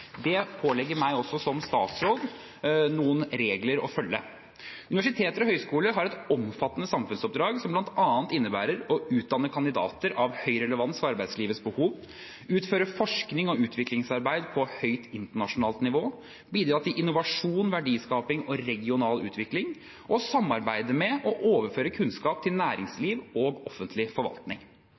Det pålegger meg også som statsråd noen regler å følge. Universiteter og høyskoler har et omfattende samfunnsoppdrag, som bl.a. innebærer å utdanne kandidater av høy relevans for arbeidslivets behov utføre forsknings- og utviklingsarbeid på høyt internasjonalt nivå bidra til innovasjon, verdiskaping og regional utvikling samarbeide med og overføre kunnskap til næringsliv og offentlig forvaltning